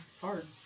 hard